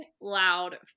loud